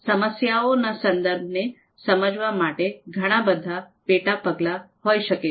સમસ્યાઓના સંદર્ભને સમજવા માટે ઘણા બધા પેટા પગલાં હોઈ શકે છે